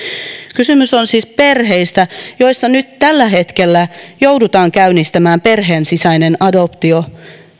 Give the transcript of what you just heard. kysymys on siis perheistä joissa nyt tällä hetkellä joudutaan käynnistämään perheen sisäinen adoptio